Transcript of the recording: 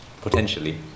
potentially